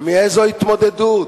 מאיזו התמודדות?